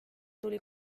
tuli